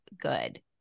good